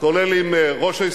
כולל עם שר האוצר,